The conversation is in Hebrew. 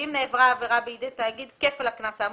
אם נעברה עבירה בידי תאגיד, כפל הקנס האמור.